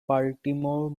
baltimore